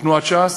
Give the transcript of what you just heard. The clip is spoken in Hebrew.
תנועת ש"ס,